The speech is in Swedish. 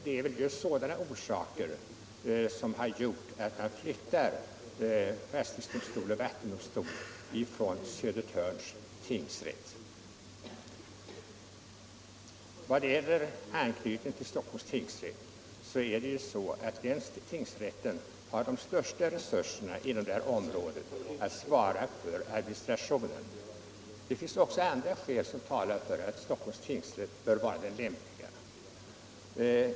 Det är just sådana orsaker som gjort att man flyttar fastighetsdomstol och vattendomstol från Södertörns tingsrätt. Vad gäller anknytningen till Stockholms tingsrätt förhåller det sig så att den tingsrätten har de största resurserna inom detta område att svara för administrationen. Det finns också andra skäl som talar för att Stockholms tingsrätt bör vara den lämpliga.